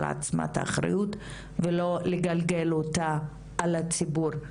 עצמה את האחריות ולא לגלגל אותה על הציבור.